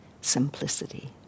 simplicity